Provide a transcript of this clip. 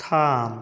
থাম